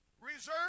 reserved